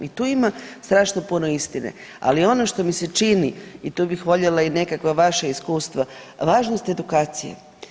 I tu ima strašno puno istine, ali ono što mi se čini i tu bih voljela i nekakva vaša iskustva, važnost edukacije.